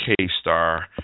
K-Star